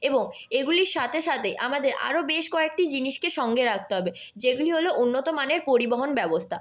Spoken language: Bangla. এবং এগুলির সাথে সাথে আমাদের আরও বেশ কয়েকটি জিনিসকে সঙ্গে রাখতে হবে যেগুলি হল উন্নত মানের পরিবহন ব্যবস্থা